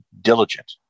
diligent